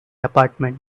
apartment